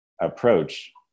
approach